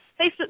Facebook